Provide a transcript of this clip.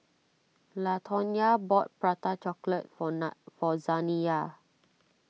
Latonya bought Prata Chocolate for nat for Zaniyah